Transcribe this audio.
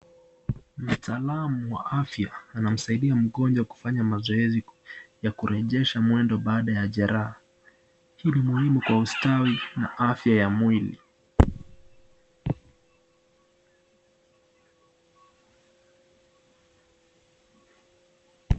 Mtaalam wa afya anamsaidia mgojwa kufanya mazoezi ya kurejesha mwendo baada ya jeraha, hii ni muhimu kwa ustawi na afya ya mwili.